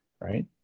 right